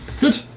Good